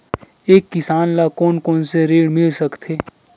एक किसान ल कोन कोन से ऋण मिल सकथे?